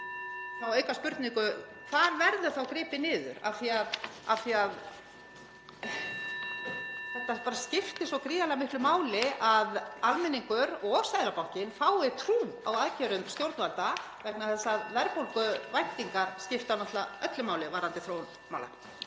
aukaspurningu: Hvar verður gripið niður? (Forseti hringir.) Það skiptir svo gríðarlega miklu máli að almenningur og Seðlabankinn fái trú á aðgerðum stjórnvalda vegna þess að verðbólguvæntingar skipta náttúrlega öllu máli varðandi þróun mála.